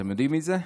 אתם יודעים מי זה?